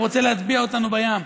רוצה להטביע אותנו בים.